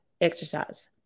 exercise